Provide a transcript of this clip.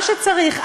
מה שצריך.